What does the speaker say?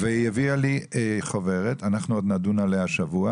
היא הביאה לי חוברת אנחנו עוד נדון עליה השבוע